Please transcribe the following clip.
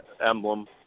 emblem